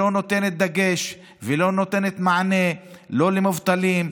שלא נותנת דגש ולא נותנת מענה לא למובטלים,